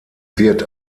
wird